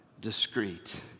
discreet